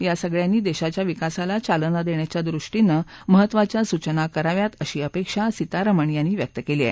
या सगळ्यांनी देशाच्या विकासाला चालना देण्याच्यादृष्टीनं महत्वाच्या सूचना कराव्यात अशी अपेक्षा सीतारमण यांनी व्यक्त केली आहे